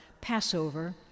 Passover